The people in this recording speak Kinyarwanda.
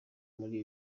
muri